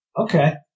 Okay